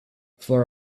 for